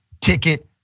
ticket